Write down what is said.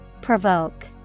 Provoke